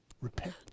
Repent